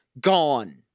gone